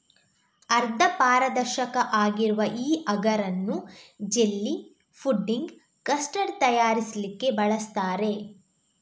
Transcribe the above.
ಅರ್ಧ ಪಾರದರ್ಶಕ ಆಗಿರುವ ಈ ಅಗರ್ ಅನ್ನು ಜೆಲ್ಲಿ, ಫುಡ್ಡಿಂಗ್, ಕಸ್ಟರ್ಡ್ ತಯಾರಿಸ್ಲಿಕ್ಕೆ ಬಳಸ್ತಾರೆ